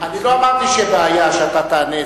אני לא אמרתי שיש בעיה שאתה תענה,